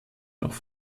noch